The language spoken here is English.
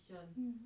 mm